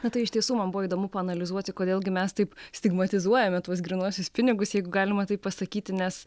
na tai iš tiesų man buvo įdomu paanalizuoti kodėl gi mes taip stigmatizuojame tuos grynuosius pinigus jeigu galima taip pasakyti nes